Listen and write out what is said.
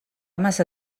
massa